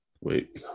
Wait